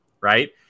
right